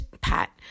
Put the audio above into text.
Pat